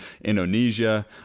Indonesia